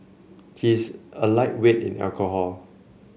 he is a lightweight in alcohol